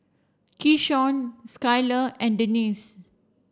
keyshawn Skylar and Denise